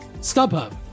StubHub